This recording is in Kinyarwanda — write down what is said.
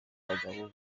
bagabo